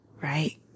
right